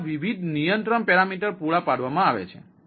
તેથી આ વિવિધ નિયંત્રણ પેરામીટર પૂરા પાડવામાં આવ્યા છે